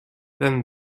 than